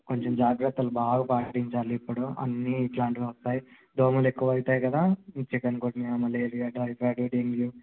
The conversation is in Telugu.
కొంచెం జాగ్రత్తలు బాగా పాటించాలి ఇప్పుడు అన్నీ ఇట్లాంటివే వస్తాయి దోమలు ఎక్కువవుతాయి కదా చికెన్గున్యా మలేరియా టైఫాయిడ్ డెంగ్యూ